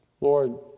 Lord